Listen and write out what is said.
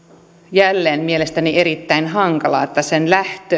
jälleen mielestäni erittäin hankala että sen